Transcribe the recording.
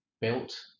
built